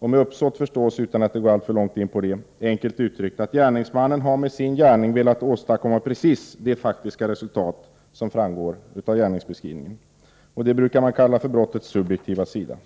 Med uppsåt förstås, utan att gå alltför långt in på det, enkelt uttryckt att gärningsmannen har med sin gärning velat åstadkomma precis det faktiska resultat som framgår av gärningsbeskrivningen. Det brukar man kalla för brottets subjektiva sida.